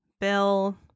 bill